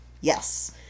Yes